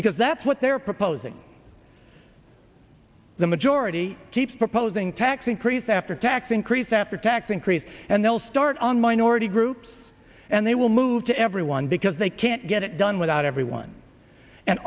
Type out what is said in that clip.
because that's what they're proposing the majority keeps proposing tax increase after tax increase after tax increase and they'll start on minority groups and they will move to everyone because they can't get it done without everyone and